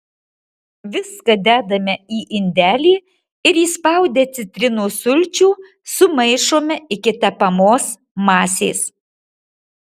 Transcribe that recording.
viską dedame į indelį ir įspaudę citrinos sulčių sumaišome iki tepamos masės